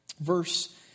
verse